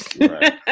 Right